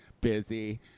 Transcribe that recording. busy